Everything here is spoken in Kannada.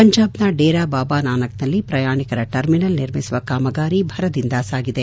ಪಂಜಾಬ್ನ ಡೇರಾ ಬಾಬಾ ನಾನಕ್ನಲ್ಲಿ ಪ್ರಯಾಣಿಕರ ಟರ್ಮಿನಲ್ ನಿರ್ಮಿಸುವ ಕಾಮಗಾರಿ ಭರದಿಂದ ಸಾಗಿದೆ